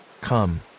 come